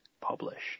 published